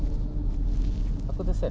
apa pula